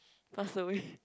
pass away